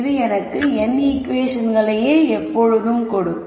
இது எனக்கு n ஈகுவேஷன்களை கொடுக்கும்